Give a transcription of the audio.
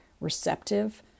receptive